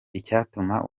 icyatuma